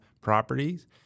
Properties